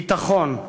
ביטחון.